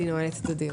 אני נועלת את הדיון.